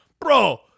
bro